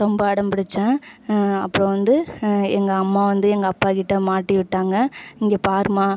ரொம்ப அடம் பிடிச்சன் அப்புறோம் வந்து எங்கள் அம்மா வந்து எங்கள் அப்பா கிட்ட மாட்டி விட்டாங்க இங்கே பாருமா